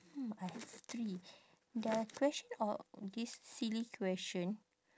hmm I have three their question or this silly question